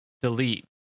delete